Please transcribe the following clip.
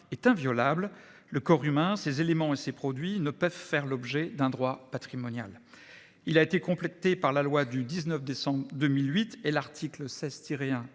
est inviolable. Le corps humain, ses éléments et ses produits ne peuvent faire l'objet d'un droit patrimonial. » Il a été complété par la loi du 19 décembre 2008 : l'article 16-1-1